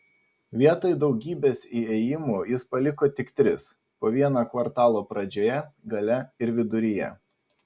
vietoj daugybės įėjimų jis paliko tik tris po vieną kvartalo pradžioje gale ir viduryje